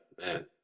man